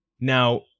now